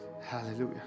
hallelujah